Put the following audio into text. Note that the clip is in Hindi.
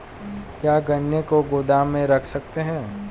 क्या गन्ने को गोदाम में रख सकते हैं?